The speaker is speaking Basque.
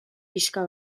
pixka